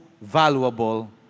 valuable